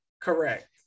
Correct